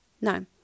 no